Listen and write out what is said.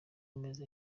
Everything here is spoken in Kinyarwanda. meza